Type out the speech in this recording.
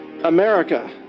America